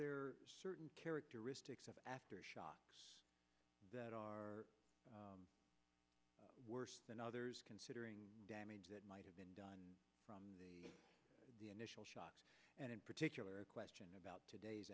there certain characteristics of aftershock that are worse than others considering the damage that might have been done from the initial shocks and in particular a question about today's